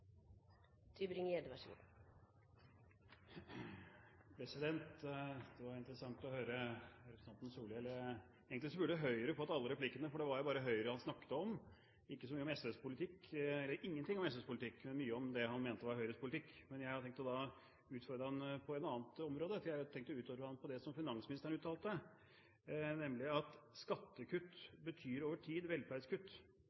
Det var interessant å høre representanten Solhjell. Egentlig burde Høyre fått alle replikkene, for det var jo bare Høyre han snakket om – ingenting om SVs politikk, men mye om det han mente var Høyres politikk. Jeg har tenkt å utfordre ham på et annet område, jeg har tenkt å utfordre ham på det finansministeren uttalte, nemlig at